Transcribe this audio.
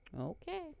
Okay